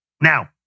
Now